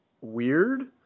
weird